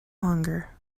hunger